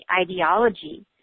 ideology